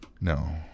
No